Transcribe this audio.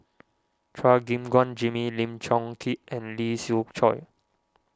Chua Gim Guan Jimmy Lim Chong Keat and Lee Siew Choh